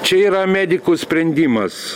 čia yra medikų sprendimas